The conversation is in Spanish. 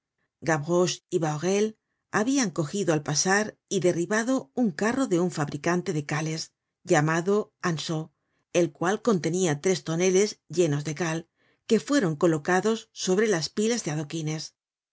y bahorel habian cogido al pasar y derribado un carro de un fabricante de cales llamado anceau el cual con tenia tres toneles llenos de cal que fueron colocados sobre pilas de adoquines